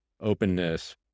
openness